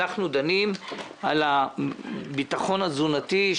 אנחנו דנים על הביטחון התזונתי,